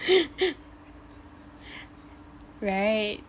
right